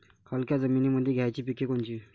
हलक्या जमीनीमंदी घ्यायची पिके कोनची?